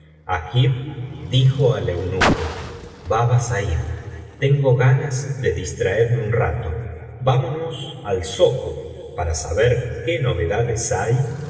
dijo al eunuco baba said tengo ganas de distraerme un rato vamonos al zoco para saber qué novedades hay